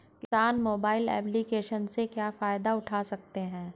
किसान mobile application से क्या फायदा उठा सकता है?